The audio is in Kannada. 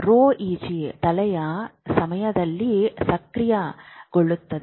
ರೋ ಇಜಿ ಚಲನೆಯ ಸಮಯದಲ್ಲಿ ಸಕ್ರಿಯಗೊಳ್ಳುತ್ತದೆ